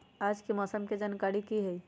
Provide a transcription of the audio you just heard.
आज के मौसम के जानकारी कि हई?